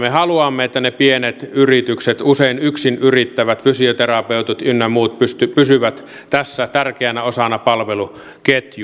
me haluamme että ne pienet yritykset usein yksin yrittävät fysioterapeutit ynnä muut pysyvät tässä tärkeänä osana palveluketjua